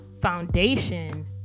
foundation